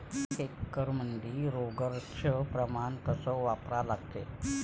एक एकरमंदी रोगर च प्रमान कस वापरा लागते?